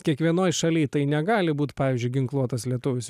kiekvienoj šalyj tai negali būt pavyzdžiui ginkluotas lietuvis